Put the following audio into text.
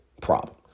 problem